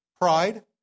Pride